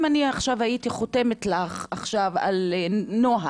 אם אני עכשיו הייתי חותמת לך על נוהל,